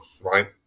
right